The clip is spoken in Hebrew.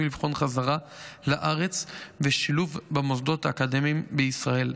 לבחון חזרה לארץ ושילוב במוסדות האקדמיים בישראל.